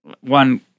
one